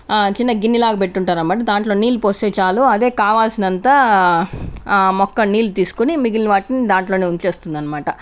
చిన్న గిన్నె లాగ పెట్టుంటారన్మాట దాంట్లో నీళ్లు పోస్తే చాలు అదే కావాల్సినంత మొక్క నీళ్ళు తీసుకొని మిగిల్న వాటిని దాంట్లోనే ఉంచేస్తుందన్మాట